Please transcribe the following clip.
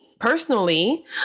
Personally